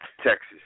Texas